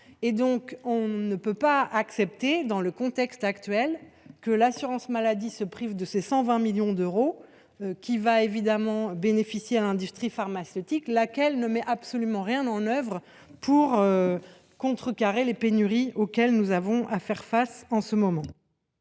On ne peut donc pas accepter, dans le contexte actuel, que l’assurance maladie soit privée de 120 millions d’euros, qui vont bénéficier à l’industrie pharmaceutique, laquelle ne met absolument rien en œuvre pour réduire les pénuries auxquelles nous faisons face actuellement.